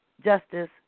Justice